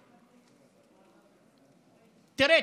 תראה,